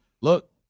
look